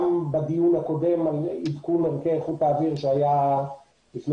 בדיון הקודם על עדכון ערכי איכות האוויר שהתקיים לפני